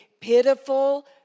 pitiful